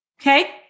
okay